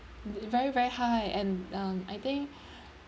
very very high and um I think